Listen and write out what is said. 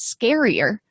scarier